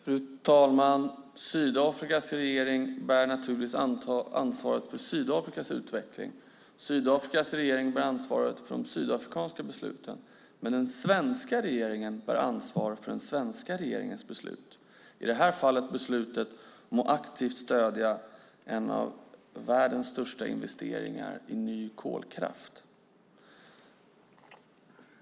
Fru talman! Sydafrikas regering bär naturligtvis ansvaret för Sydafrikas utveckling. Sydafrikas regering bär ansvaret för de sydafrikanska besluten. Den svenska regeringen bär ansvaret för den svenska regeringens beslut - i det här fallet beslutet att aktivt stödja en av världens största investeringar i ny kolkraft.